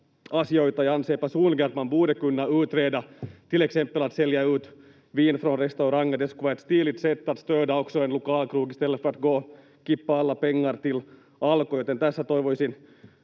asioita. Jag anser personligen att man borde kunna utreda till exempel att sälja ut vin från restauranger. Det skulle vara ett stiligt sätt att stöda också en lokalkrog istället för att gå och kippa alla pengar till Alko. Joten tässä toivoisin